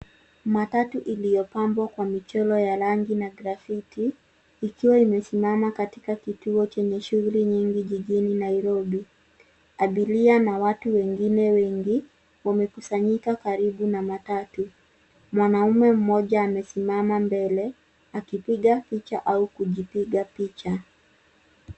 Matatu iliyopambwa kwa michoro ya rangi na grafiti ikiwa imesimama katika kituo chenye shughuli nyingi jijini Nairobi. Abiria na watu wengine wengi wamekusanyika karibu na matatu. Mwanaume mmoja amesimama mbele, akipiga picha au kujipiga picha.